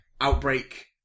Outbreak